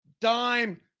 dime